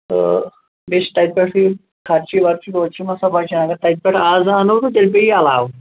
تہٕ بیٚیہِ چھُ تَتہِ پیٚٹھ تہِ خرچہٕ وَرچہٕ توتہِ چھُ یِم آسان بچَان اگر تَتہِ پیٚٹھٕ اَز اَنو تہٕ تیٚلہِ پیٚیہِ علاو